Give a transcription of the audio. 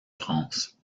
france